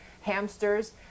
Hamsters